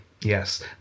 Yes